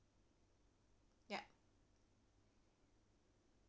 ya